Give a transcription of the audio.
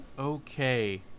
Okay